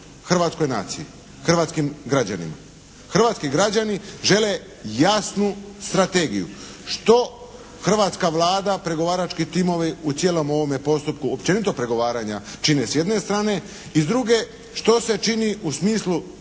hrvatskoj naciji, hrvatskim građanima? Hrvatski građani žele jasnu strategiju što hrvatska Vlada, pregovarački timovi u cijelom ovome postupku općenito pregovaranja čine s jedne strane. I s druge što se čini u smislu